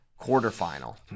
quarterfinal